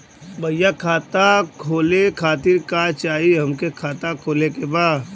भईया खाता खोले खातिर का चाही हमके खाता खोले के बा?